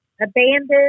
abandoned